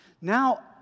Now